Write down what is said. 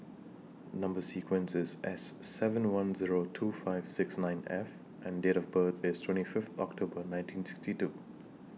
Number sequence IS S seven one Zero two five six nine F and Date of birth IS twenty Fifth October nineteen sixty two